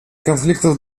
конфликтов